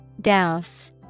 Douse